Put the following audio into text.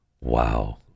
Wow